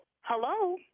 Hello